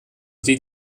sie